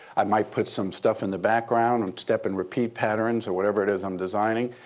i might put some stuff in the background, and step and repeat patterns or whatever it is i'm designing.